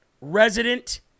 resident